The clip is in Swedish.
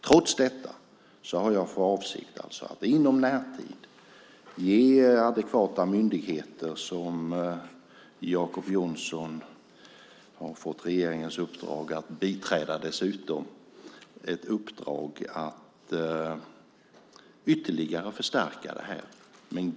Trots detta har jag för avsikt att inom närtid ge adekvata myndigheter ett uppdrag - Jacob Johnson har regeringens uppdrag att biträda - att ytterligare förstärka detta.